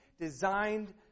designed